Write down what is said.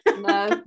No